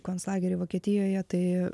konclagery vokietijoje tai